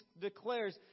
declares